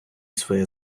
своє